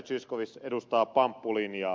zyskowicz edustaa pamppulinjaa